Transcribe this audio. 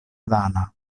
dana